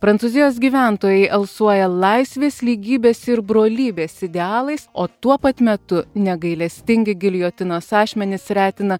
prancūzijos gyventojai alsuoja laisvės lygybės ir brolybės idealais o tuo pat metu negailestingi giljotinos ašmenys retina